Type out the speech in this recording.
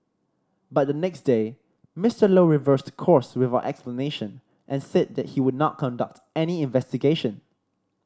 but the next day Mister Low reversed course without explanation and said that he would not conduct any investigation